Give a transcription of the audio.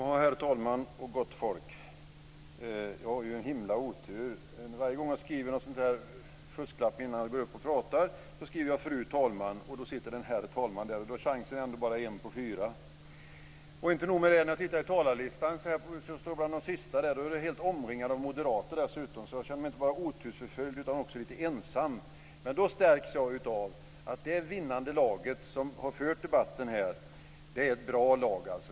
Herr talman och gott folk! Jag har en himla otur. Varje gång jag skriver en fusklapp innan jag går upp och pratar skriver jag fru talman, och så sitter det en herr talman där! Då är chansen ändå bara en på fyra. Inte nog med det! När jag tittar i talarlistan där jag står bland de sista talarna ser jag att jag är helt omringad av moderater. Jag känner mig inte bara otursförföljd utan också lite ensam. Då stärks jag av att det är det vinnande laget som har fört debatten här. Det är ett bra lag.